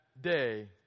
day